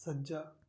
ਸੱਜਾ